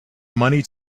money